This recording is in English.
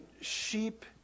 sheep